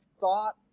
thought